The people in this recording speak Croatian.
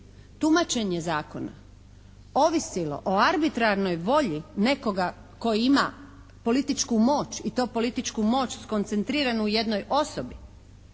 tumačenje zakona ovisilo o arbitrarnoj volji nekoga koji ima političku moć i to političku moć skoncentriranu u jednoj osobi